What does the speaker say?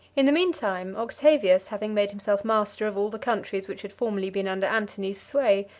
in the mean time, octavius, having made himself master of all the countries which had formerly been under antony's sway,